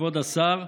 כבוד השר.